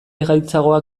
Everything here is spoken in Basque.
gaitzagoa